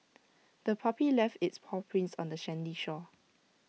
the puppy left its paw prints on the sandy shore